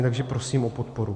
Takže prosím o podporu.